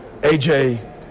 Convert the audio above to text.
AJ